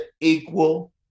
equal